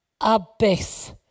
abyss